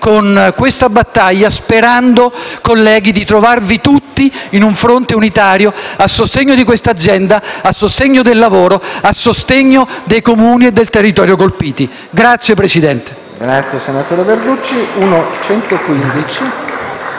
con questa battaglia, colleghi, sperando di trovarvi tutti in un fronte unitario a sostegno di questa azienda, a sostegno del lavoro e a sostegno dei Comuni e del territorio colpiti. *(Applausi